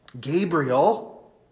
Gabriel